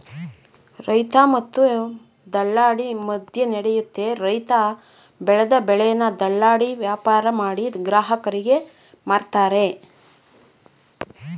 ರೈತ ಮತ್ತೆ ದಲ್ಲಾಳಿ ಮದ್ಯನಡಿಯುತ್ತೆ ರೈತ ಬೆಲ್ದ್ ಬೆಳೆನ ದಲ್ಲಾಳಿ ವ್ಯಾಪಾರಮಾಡಿ ಗ್ರಾಹಕರಿಗೆ ಮಾರ್ತರೆ